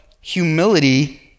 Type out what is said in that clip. humility